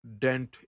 dent